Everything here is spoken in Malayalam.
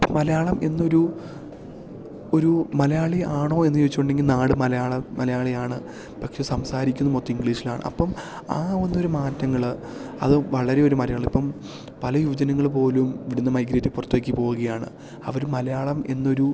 മലയാളം എന്നൊരു ഒരു മലയാളി ആണോ എന്ന് ചോദിച്ചിട്ടുണ്ടെങ്കിൽ നാട് മലയാളം മലയാളിയാണ് പക്ഷേ സംസാരിക്കുന്നത് മൊത്തം ഇംഗ്ലീഷിലാണ് അപ്പം ആ വന്നൊരു മാറ്റങ്ങള് അത് വളരെ ഒരു മാറ്റം ഇപ്പം പല യുവജനങ്ങള് പോലും ഇവിടുന്ന് മൈഗ്രേറ്റ് ചെയ്ത് പുറത്തേക്ക് പോവുകയാണ് അവര് മലയാളം എന്നൊരു